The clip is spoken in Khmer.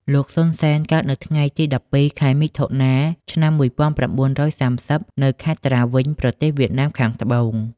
លោកសុន សេន កើតនៅថ្ងៃទី១២ ខែ មិថុនា ឆ្នាំ១៩៣០ នៅខេត្តត្រាវិញ ប្រទេសវៀតណាមខាងត្បូង។